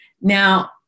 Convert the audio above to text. Now